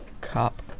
cup